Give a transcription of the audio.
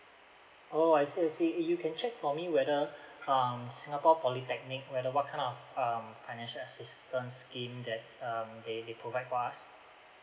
oh I see I see you can check for me whether um singapore polytechnic whether what kind of um financial assistance um scheme that um they they provide for us